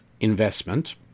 investment